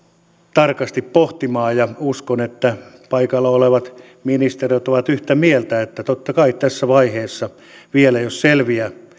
tarkasti pohtimaan ja uskon että paikalla olevat ministerit ovat yhtä mieltä että totta kai tässä vaiheessa vielä jos selviä